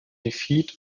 defeat